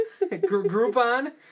Groupon